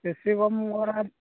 বেছি কম কৰা